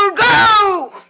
go